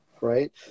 right